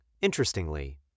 Interestingly